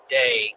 day